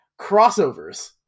crossovers